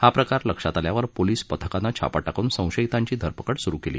हा प्रकार लक्षात आल्यावर पोलीस पथकानं छापा टाकून संशयितांची धरपकड सुरू केली